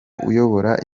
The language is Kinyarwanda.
uyobora